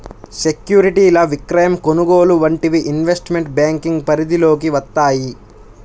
సెక్యూరిటీల విక్రయం, కొనుగోలు వంటివి ఇన్వెస్ట్మెంట్ బ్యేంకింగ్ పరిధిలోకి వత్తయ్యి